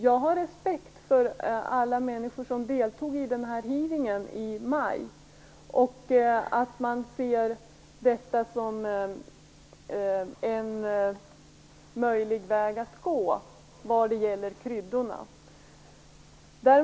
Jag har respekt för de människor som deltog i hearingen i maj och för att de ser detta som en möjlig väg att gå vad gäller kryddorna.